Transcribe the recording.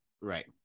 right